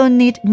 need